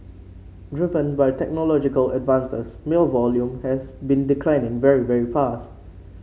driven by technological advances mail volume has been declining very very fast